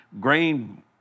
grain